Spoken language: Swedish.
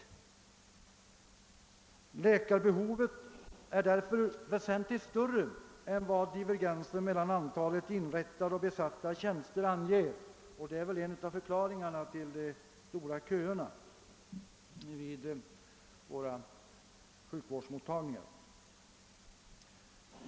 Läkarbehovet är därför väsentligt större än vad divergensen mellan antalet inrättade och antalet besatta tjänster anger, och detta är väl en av förklaringarna till de långa köerna vid sjukvårdsmottagningarna.